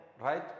Right